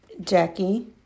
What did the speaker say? Jackie